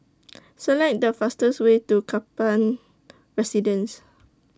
Select The fastest Way to Kaplan Residence